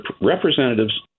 Representatives